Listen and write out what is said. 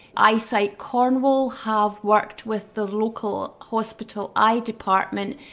eyesight cornwall have worked with the local hospital eye department,